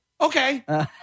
okay